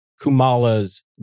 Kumala's